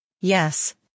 Yes